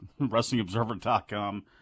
WrestlingObserver.com